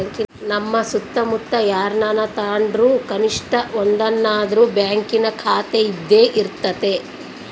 ನಮ್ಮ ಸುತ್ತಮುತ್ತ ಯಾರನನ ತಾಂಡ್ರು ಕನಿಷ್ಟ ಒಂದನಾದ್ರು ಬ್ಯಾಂಕಿನ ಖಾತೆಯಿದ್ದೇ ಇರರ್ತತೆ